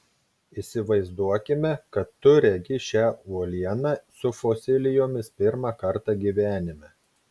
įsivaizduokime kad tu regi šią uolieną su fosilijomis pirmą kartą gyvenime